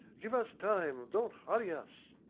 give us time, don't hurry us!